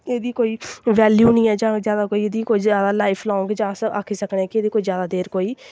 एह्दी कोई बैल्यू नेईं ऐ जां जैदा एह्दी कोई लाईफ लांग जां अस आक्खी सकने आं एह्दी जैदा देर कोई